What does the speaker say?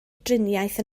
driniaeth